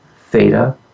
Theta